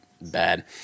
bad